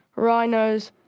rhinos,